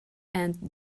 aunt